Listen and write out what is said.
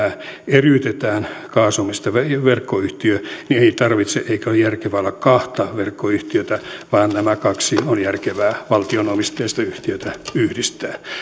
eriytetään gasumista verkkoyhtiö niin ei tarvitse eikä ole järkevää olla kahta verkkoyhtiötä vaan nämä kaksi valtio omisteista yhtiötä on järkevää yhdistää